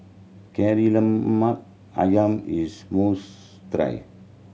Kari Lemak Ayam is a most try